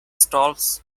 stalls